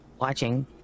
Watching